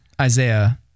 Isaiah